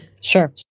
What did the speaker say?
Sure